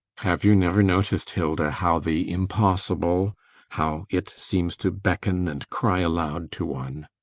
have you never noticed, hilda, how the impossible how it seems to beckon and cry aloud to one?